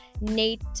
Nate